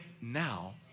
now